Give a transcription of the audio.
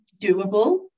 doable